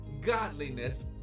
godliness